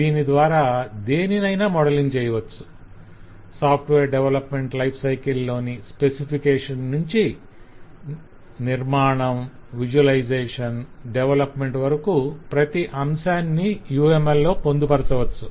దీని ద్వారా దేనినైన మోడలింగ్ చేయవచ్చు - సాఫ్ట్వేర్ డెవలప్మెంట్ లైఫ్ సైకిల్ లోని స్పెసిఫికేషన్ నుంచి నిర్మాణం విజువలైజేషన్ డెవలప్మెంట్ వరకు ప్రతి అంశాన్ని UML లో పొందుపరచవచ్చు